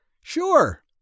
Sure